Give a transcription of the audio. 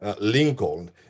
Lincoln